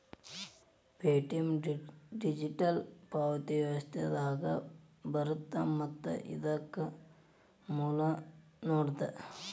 Paytm digital ಪಾವತಿ ವ್ಯವಸ್ಥೆದಾಗ ಬರತ್ತ ಮತ್ತ ಇದರ್ ಮೂಲ ನೋಯ್ಡಾ